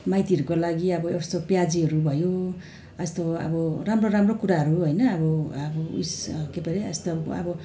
माइतीहरूको लागि अब यस्तो प्याजीहरू भयो यस्तो अब राम्रो राम्रो कुराहरू होइन अब अब उस के पर्यो यस्तो अब